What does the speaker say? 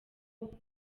numva